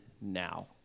now